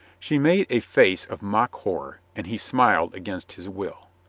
she made a face of mock horror, and he smiled against his will.